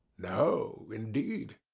no, indeed.